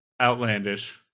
outlandish